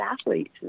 athletes